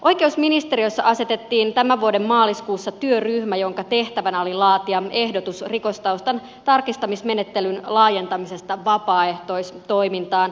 oikeusministeriössä asetettiin tämän vuoden maaliskuussa työryhmä jonka tehtävänä oli laatia ehdotus rikostaustan tarkistamismenettelyn laajentamisesta vapaaehtoistoimintaan